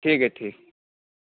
ठीक है ठीक है